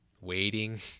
waiting